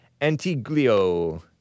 Antiglio